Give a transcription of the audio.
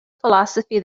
philosophy